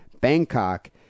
Bangkok